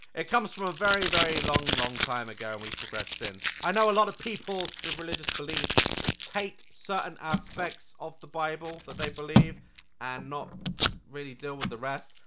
it comes from a very very long, long time ago we've progressed since. i know a lot of people with religious beliefs take certain aspects of the bible that they believe and not really deal with the rest.